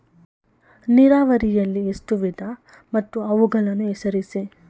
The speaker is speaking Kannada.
ನೀರಾವರಿಯಲ್ಲಿ ಎಷ್ಟು ವಿಧ ಮತ್ತು ಅವುಗಳನ್ನು ಹೆಸರಿಸಿ?